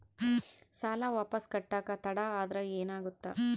ಸಾಲ ವಾಪಸ್ ಕಟ್ಟಕ ತಡ ಆದ್ರ ಏನಾಗುತ್ತ?